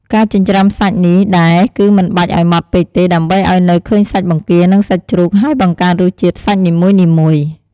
ការចិញ្ច្រាំសាច់នេះដែរគឺមិនបាច់ឱ្យម៉ដ្ឋពេកទេ ដើម្បីឱ្យនៅឃើញសាច់បង្គា និងសាច់ជ្រូក ហើយបង្កើនរសជាតិសាច់នីមួយៗ។